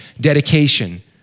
dedication